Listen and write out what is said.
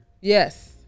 Yes